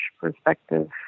perspective